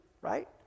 right